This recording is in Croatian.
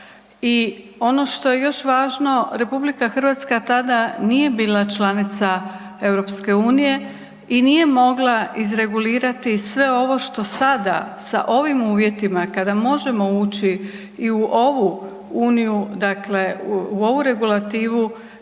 I ono što je još važno, RH tada nije bila članica EU i nije mogla izregulirati sve ovo što sada sa ovim uvjetima kada možemo ući i u ovu uniju,